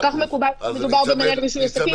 כך מקובל כשמדובר במנהל רישוי עסקים --- מאה אחוז.